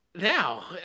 now